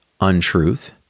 untruth